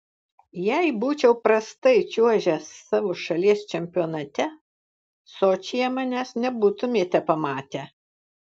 jei būčiau prastai čiuožęs savo šalies čempionate sočyje manęs nebūtumėte pamatę